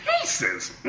pieces